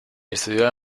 estudió